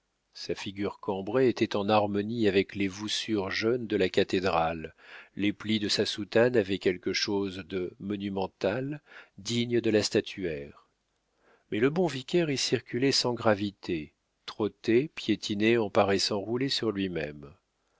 sa figure cambrée était en harmonie avec les voussures jaunes de la cathédrale les plis de sa soutane avaient quelque chose de monumental digne de la statuaire mais le bon vicaire y circulait sans gravité trottait piétinait en paraissant rouler sur lui-même